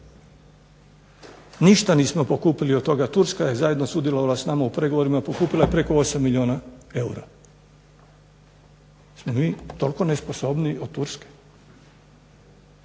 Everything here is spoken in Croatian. Ništa nismo pokupili od toga. Turska je zajedno sudjelovala s nama u pregovorima, pokupila je preko 8 milijuna eura. Jel smo mi toliko nesposobniji od Turske?